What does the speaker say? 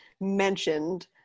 mentioned